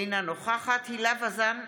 אינה נוכחת הילה וזאן,